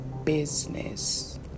Business